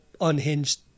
unhinged